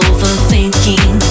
Overthinking